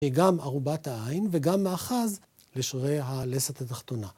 גם ארובת העין וגם מאחז לשרירי הלסת התחתונה.